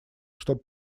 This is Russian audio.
чтобы